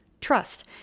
trust